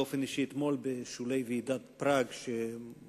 באופן אישי אתמול בשולי ועידת פראג שהוקדשה,